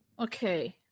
okay